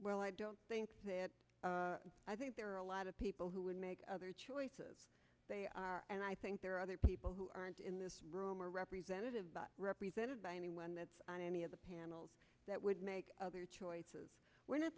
well i don't think i think there are a lot of people who would make other choices and i think there are other people who aren't in this room or representative represented by anyone that's on any of the panels that would make other choices we're